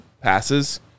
passes